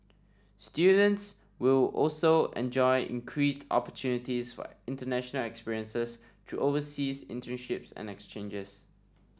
students will also enjoy increased opportunities for international experiences through overseas internships and exchanges